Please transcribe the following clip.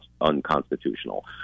unconstitutional